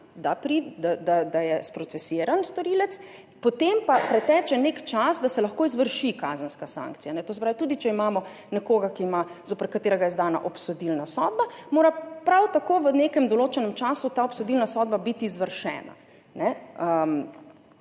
da je sprocesiran storilec, potem pa preteče nek čas, da se lahko izvrši kazenska sankcija. To se pravi, tudi če imamo nekoga, zoper katerega je izdana obsodilna sodba, mora prav tako v nekem določenem času ta obsodilna sodba biti izvršena.